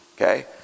Okay